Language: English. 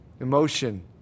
emotion